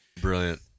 Brilliant